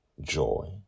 joy